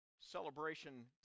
celebration